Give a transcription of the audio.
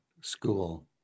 school